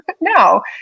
No